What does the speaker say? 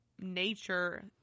nature-